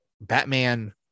Batman